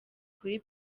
kuri